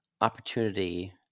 opportunity